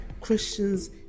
Christians